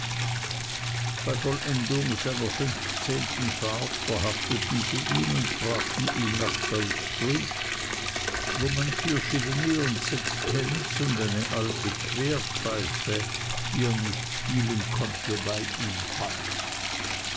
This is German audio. bei vollendung seiner fünfzehnten fahrt verhafteten sie ihn und brachten ihn nach bowstreet wo man vier schillinge und sechs pence und eine alte querpfeife die er nicht spielen konnte bei ihm fand